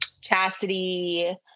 Chastity